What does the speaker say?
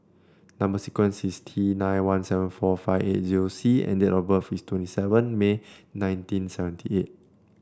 number sequence is T nine one seven four five eight zero C and date of birth is twenty seven May nineteen seventy eight